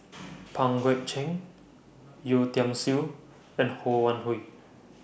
Pang Guek Cheng Yeo Tiam Siew and Ho Wan Hui